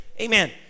Amen